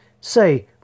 Say